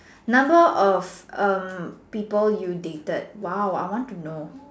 number of um people you dated !wow! I want to know